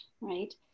right